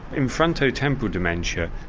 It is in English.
in frontotemporal dementia,